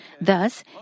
Thus